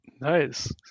Nice